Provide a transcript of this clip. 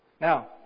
Now